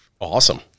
Awesome